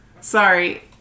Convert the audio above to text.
Sorry